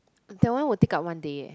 that one will take up one day eh